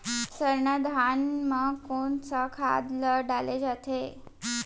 सरना धान म कोन सा खाद ला डाले जाथे?